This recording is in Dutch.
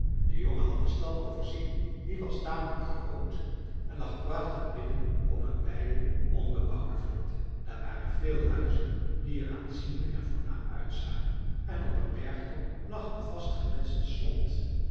de jongen had de stad overzien die was tamelijk groot en lag prachtig midden op een wijde onbebouwde vlakte daar waren veel huizen die er aanzienlijk en voornaam uitzagen en op een bergtop lag een vast gemetseld slot